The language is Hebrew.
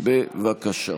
בבקשה.